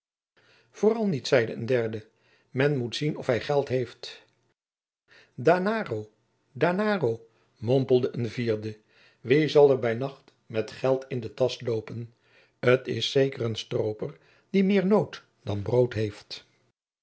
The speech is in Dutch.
vooral niet zeide een derde men moet zien of hij geld heeft anaro anaro mompelde een vierde wie zal er bij nacht met geld in de tasch loopen t is zeker een strooper die meer nood dan brood heeft